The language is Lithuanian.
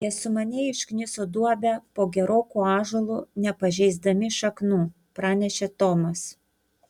jie sumaniai iškniso duobę po geroku ąžuolu nepažeisdami šaknų pranešė tomas